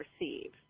receive